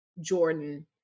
Jordan